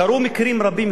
קרו מקרים רבים,